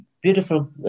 beautiful